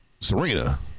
Serena